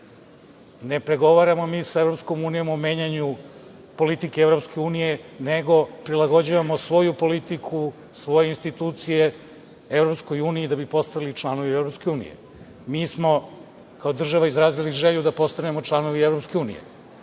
Ne pregovaramo mi sa EU o menjanju politike EU, nego prilagođavamo svoju politiku, svoje institucije EU da bi postali članovi EU.Mi smo kao država izrazili želju da postanemo članovi EU.